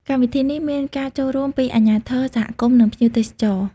កម្មវិធីនេះមានការចូលរួមពីអាជ្ញាធរ សហគមន៍និងភ្ញៀវទេសចរ។